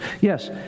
Yes